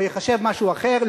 הוא ייחשב משהו אחר,